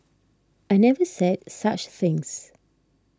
I never said such things